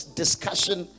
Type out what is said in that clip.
discussion